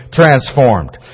transformed